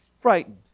frightened